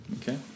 Okay